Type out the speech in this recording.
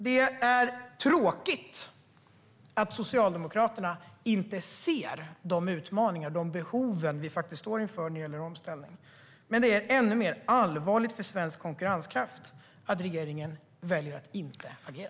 Det är tråkigt att Socialdemokraterna inte ser de utmaningar och behov vi står inför när det gäller omställning. Men det är ännu allvarligare för svensk konkurrenskraft att regeringen väljer att inte agera.